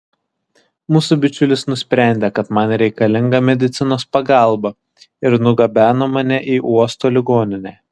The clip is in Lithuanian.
mūsų bičiulis nusprendė kad man reikalinga medicinos pagalba ir nugabeno mane į uosto ligoninę